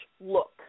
look